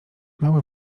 mały